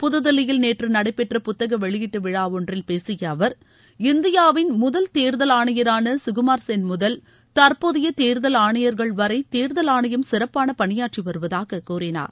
புதுதில்லியில் நேற்று நடைபெற்ற புத்தக வெளியீட்டு விழா ஒன்றில் பேசிய அவர் இந்தியாவின் முதல் தேர்தல் ஆணையரான சுகுமார் சென் முதல் தற்போதைய தேர்தல் ஆணையர்கள் வரை தேர்தல் ஆணையம் சிறப்பான பணியாற்றி வருவதாக கூறினார்